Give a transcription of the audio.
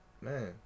man